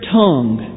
tongue